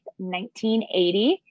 1980